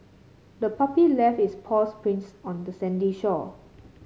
the puppy left its paws prints on the sandy shore